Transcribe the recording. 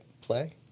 play